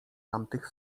tamtych